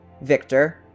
Victor